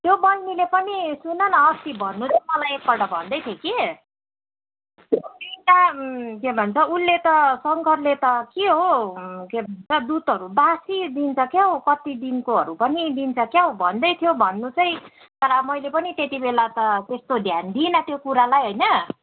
त्यो बहिनीले पनि सुनन अस्ति भन्नु त मलाई एकपल्ट भन्दैथ्यो कि तिनवटा के भन्छ उसले त शङ्करले त के हो के भन्छ दुधहरू बासी दिन्छ क्या हो कति दिनकोहरू पनि दिन्छ क्या हो भन्दैथ्यो भन्नु चाहिँ तर मैले पनि त्यति बेला त त्यस्तो ध्यान दिइनँ त्यो कुरालाई होइन